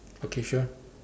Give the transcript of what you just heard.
okay sure